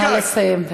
נא לסיים.